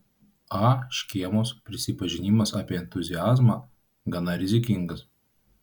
a škėmos prisipažinimas apie entuziazmą gana rizikingas